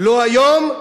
לא היום,